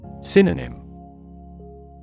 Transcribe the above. Synonym